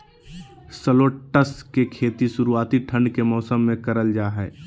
shallots के खेती शुरुआती ठंड के मौसम मे करल जा हय